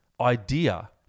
idea